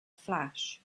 flash